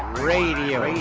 radio.